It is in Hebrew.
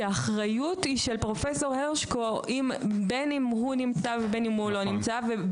כי האחריות היא של פרופ' הרשקו בין הוא נמצא ובין